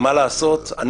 לעשות,